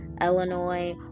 Illinois